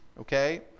okay